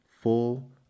full